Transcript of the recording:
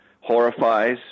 horrifies